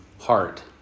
heart